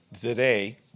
today